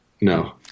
No